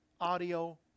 Audio